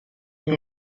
que